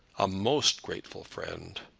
a most grateful friend.